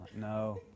No